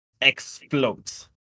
explodes